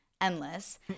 endless